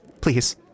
Please